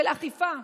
של אכיפה.